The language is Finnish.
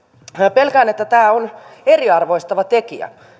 pelkään että tämä on eriarvoistava tekijä